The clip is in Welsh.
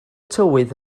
tywydd